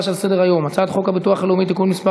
על סדר-היום: הצעת חוק הביטוח הלאומי (תיקון מס'